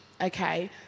okay